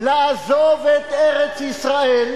לעזוב את ארץ-ישראל,